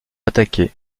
attaquer